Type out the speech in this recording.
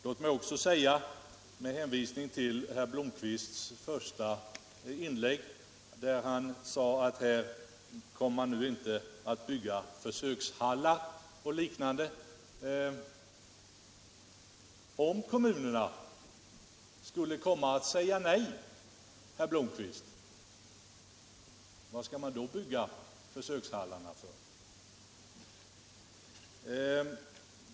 Låt mig med hänvisning till herr Blomkvists första inlägg, då han sade att man inte kommer att bygga försökshallar och liknande, fråga: Om kommunerna skulle säga nej, var skall man då bygga försökshallarna?